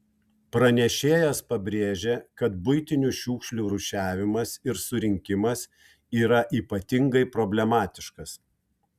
pranešėjas pabrėžė kad buitinių šiukšlių rūšiavimas ir surinkimas yra ypatingai problematiškas